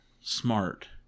smart